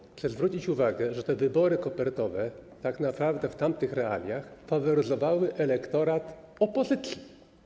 I chcę zwrócić uwagę, że te wybory kopertowe tak naprawdę w tamtych realiach faworyzowały elektorat opozycji.